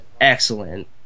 excellent